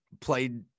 played